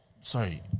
Sorry